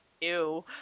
ew